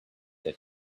that